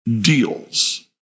deals